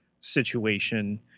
situation